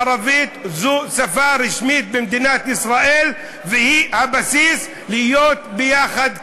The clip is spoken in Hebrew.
הערבית היא שפה רשמית במדינת ישראל והיא הבסיס להיותנו ביחד כאן.